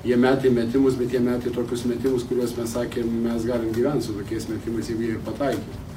jie metė metimus bet jie metė tokius metimus kuriuos mes sakėm mes galim gyvent su tokiais metimais jeigu jie pataiky